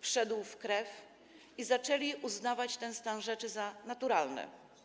wszedł w krew, i zaczęli oni uznawać taki stan rzeczy za naturalny.